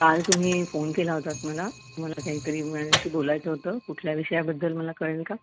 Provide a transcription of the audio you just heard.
काल तुम्ही फोन केला होतात मला तुम्हाला काहीतरी माझ्याशी बोलायचं होतं कुठल्या विषयाबद्दल मला कळेल का